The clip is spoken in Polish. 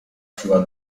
siła